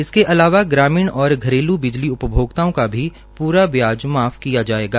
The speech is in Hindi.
इसके अलावा ग्रामीण और घरेलू बिजली उपभोक्ताओं का भी पूरा ब्याज माफ किया जायेगा